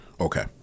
Okay